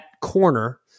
corner